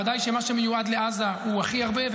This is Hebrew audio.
ודאי שמה שמיועד לעזה הוא הכי הרבה,